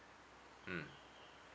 mm